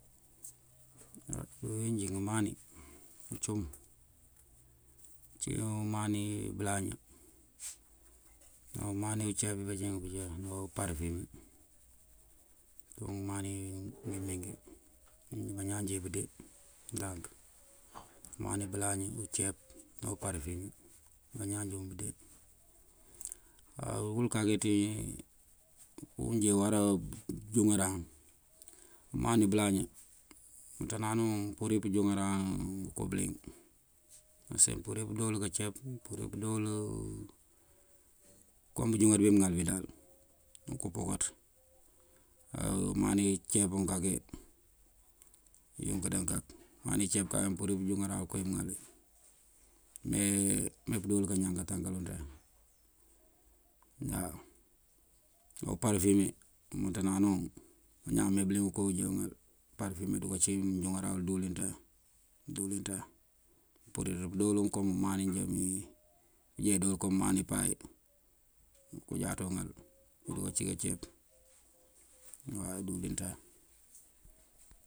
di uwinji ngëmáani acum aci umáani bëlaña, na umáani ucep wi bajeenk bëja uparëfime ciun ngëmáani ngi megi gi bajee bëde dank, umáani bëlaña, ucep na uparëfime wul wi baña joon bëde aa wul kakee udie uwara pëjungaran umáani bëlaña umëţ naamëwuŋ mpurir. pëjuŋara wul ngëko bëliëng usee mpurësir pëdowul kacep, mpurësir pëdo wul com bëjuŋar bimëŋal bi dal uko pocat aa umáani cepwun kake yunkdan kake umáani cep kake mpurir pëjuŋaran ukowi mgalwi me pëdo wul kañagatan ţañ waw, uparëfime umënţandana wun, bañáan mebëliëng kowi ujee ujuŋëna. uparëfime duka ci pëjuŋaran wuldulin ţañ, dulin ţañ, mpuriret pedowul koom umaani mjee idowul koom umáani paay uko jaţ uŋal aduka ci cacep dulin ţañ.